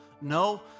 No